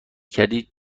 کردی